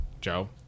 Joe